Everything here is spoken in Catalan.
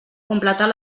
completar